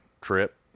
trip